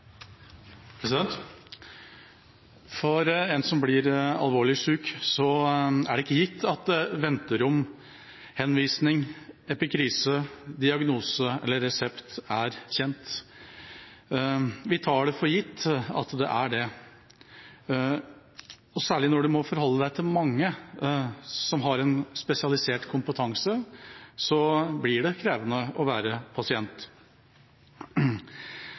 det ikke gitt at venterom, henvisning, epikrise, diagnose eller resept er kjent. Vi tar det for gitt at det er det. Særlig når man må forholde seg til mange som har en spesialisert kompetanse, blir det krevende å være pasient.